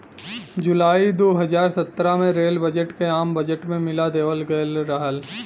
जुलाई दू हज़ार सत्रह में रेल बजट के आम बजट में मिला देवल गयल रहल